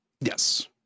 Yes